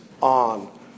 on